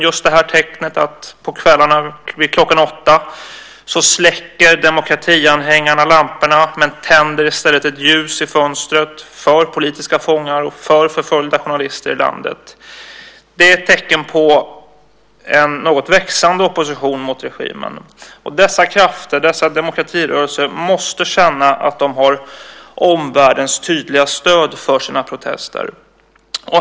Men på kvällarna klockan åtta släcker demokratianhängarna lamporna och tänder i stället ett ljus i fönstret för politiska fångar och för förföljda journalister i landet, och det är ett tecken på en något växande opposition mot regimen. Dessa krafter, dessa demokratirörelser, måste känna att de har omvärldens tydliga stöd för sina protester.